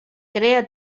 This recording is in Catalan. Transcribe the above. crea